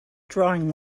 drawing